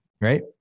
Right